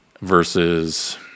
versus –